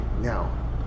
now